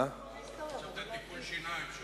חשבתי על טיפול שיניים.